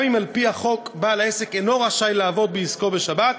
גם אם על-פי החוק בעל העסק אינו רשאי לעבוד בעסקו בשבת,